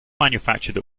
manufactured